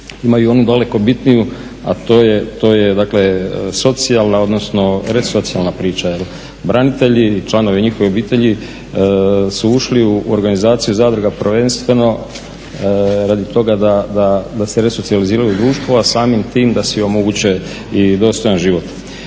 imaju i onu daleko bitniju, a to je socijalna odnosno resocijalna priča. Branitelji i članovi njihove obitelj su ušli u organizaciju zadruga prvenstveno radi toga da se resocijaliziraju u društvu, a samim tim da si omoguće i dostojan život.